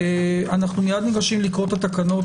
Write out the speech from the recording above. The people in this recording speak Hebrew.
אנחנו מייד ניגשים לקרוא את התקנות,